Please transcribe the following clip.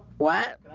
what?